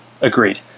Agreed